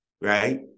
right